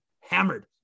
hammered